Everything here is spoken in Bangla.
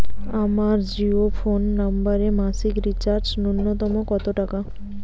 আমার জিও ফোন নম্বরে মাসিক রিচার্জ নূন্যতম কত টাকা?